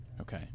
Okay